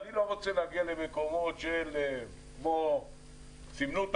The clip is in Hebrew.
אני לא רוצה להגיע למקומות כמו צילמו את